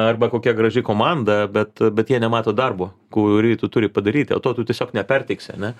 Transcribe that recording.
arba kokia graži komanda bet bet jie nemato darbo kurį tu turi padaryti o to tu tiesiog neperteiksi ane